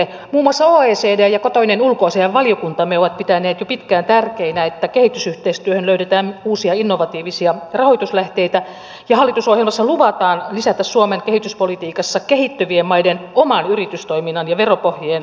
muun muassa oecd ja kotoinen ulkoasiainvaliokuntamme ovat pitäneet jo pitkään tärkeänä että kehitysyhteistyöhön löydetään uusia innovatiivisia rahoituslähteitä ja hallitusohjelmassa luvataan lisätä suomen kehityspolitiikassa kehittyvien maiden oman yritystoiminnan ja veropohjien vahvistamisen painoarvoa